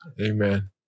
Amen